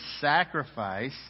sacrifice